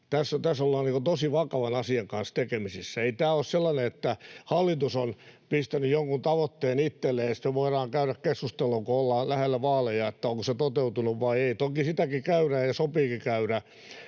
tässä ollaan tosi vakavan asian kanssa tekemisissä. Ei tämä ole sellainen, että hallitus on pistänyt jonkun tavoitteen itselleen ja sitten me voidaan käydä keskustelua, kun ollaan lähellä vaaleja, onko se toteutunut vai ei. Toki sitäkin käydään ja sopiikin käydä.